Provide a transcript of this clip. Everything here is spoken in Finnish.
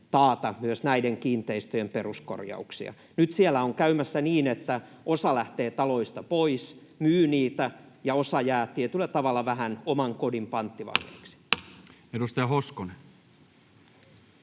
myös näiden kiinteistöjen peruskorjauksia? Nyt siellä on käymässä niin, että osa lähtee taloista pois ja myy niitä ja osa jää tietyllä tavalla vähän oman kodin panttivangeiksi. Edustaja Hoskonen.